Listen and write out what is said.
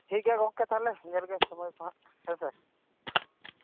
ᱴᱷᱤᱠᱜᱮᱭᱟ ᱜᱚᱢᱠᱮ ᱛᱟᱦᱚᱞᱮ ᱧᱮᱞᱵᱮᱱ ᱥᱚᱢᱚᱭᱠᱚ ᱱᱟᱦᱟᱜ ᱦᱮᱸ ᱥᱮ